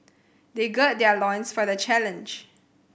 they gird their loins for the challenge